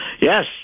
Yes